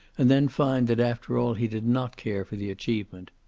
and then find that after all he did not care for the achievement.